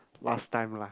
last time lah